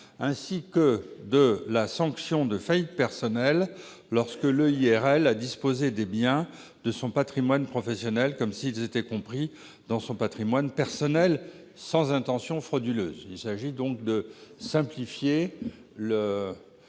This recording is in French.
d'autre part, la sanction de faillite personnelle lorsque l'EIRL a disposé des biens de son patrimoine professionnel comme s'ils étaient compris dans son patrimoine personnel sans intention frauduleuse. Il s'agit donc de simplifier la